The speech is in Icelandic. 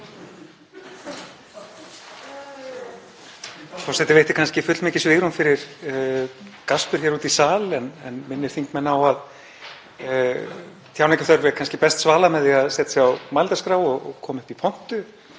Forseti veitti kannski fullmikið svigrúm fyrir gaspur úti í sal en minnir þingmenn á að tjáningarþörf er kannski best svalað með því að setja sig á mælendaskrá og koma upp í pontu,